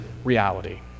reality